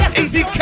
Easy